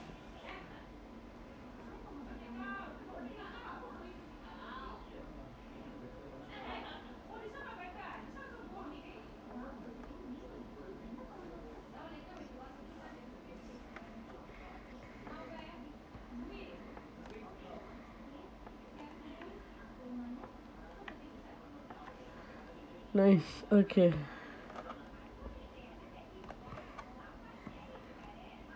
nice okay